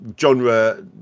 genre